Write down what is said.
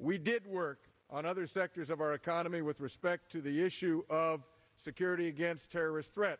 we did work on other sectors of our economy with respect to the issue of security against terrorist threat